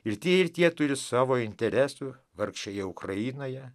ir tie ir tie turi savo interesų vargšėje ukrainoje